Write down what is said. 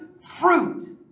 fruit